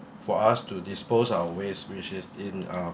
for us to dispose our waste which is in uh